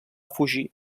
fugir